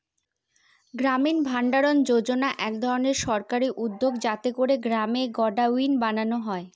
গ্রামীণ ভাণ্ডারণ যোজনা এক ধরনের সরকারি উদ্যোগ যাতে করে গ্রামে গডাউন বানানো যায়